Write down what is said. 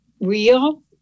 real